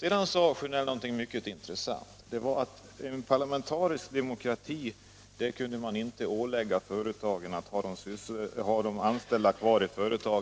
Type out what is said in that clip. Sedan sade herr Sjönell någonting mycket intressant. Det var att i en parlamentarisk demokrati kunde man inte ålägga företagen att ha de anställda kvar